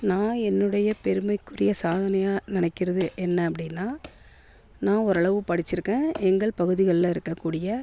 நான் என்னுடைய பெருமைக்குரிய சாதனையாக நினைக்கிறது என்ன அப்படினா நான் ஓரளவு படிச்சிருக்கேன் எங்கள் பகுதிகளில் இருக்கக்கூடிய